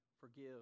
forgive